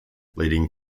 leading